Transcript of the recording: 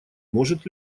может